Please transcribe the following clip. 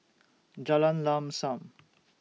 Jalan Lam SAM